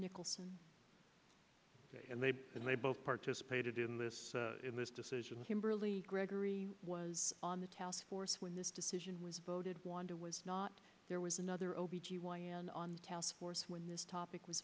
nicholson and they and they both participated in this in this decision kimberly gregory was on the task force when this decision was voted one to was not there was another o b g y n on task force when this topic was